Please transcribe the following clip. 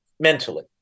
mentally